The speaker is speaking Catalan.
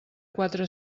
quatre